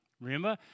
Remember